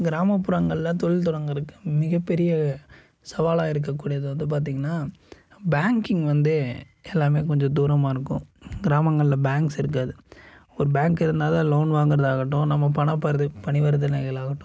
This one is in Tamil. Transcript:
கிராமப்புறங்கள்ல தொழில் தொடங்கிறதுக்கு மிகப்பெரிய சவாலாக இருக்க கூடியது வந்து பார்த்தீங்னா பேங்க்கிங் வந்து எல்லாமே கொஞ்சம் தூரமாக இருக்கும் கிராமங்கள்ல பேங்க்ஸ் இருக்காது ஒரு பேங்க் இருந்தால் தான் லோன் வாங்கிறதாகட்டும் நம்ம பண பரிவர்த்தனைகளாகட்டும்